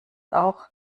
auch